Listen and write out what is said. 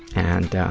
and